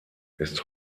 ist